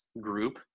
group